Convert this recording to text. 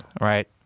right